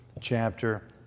chapter